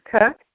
Cook